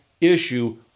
issue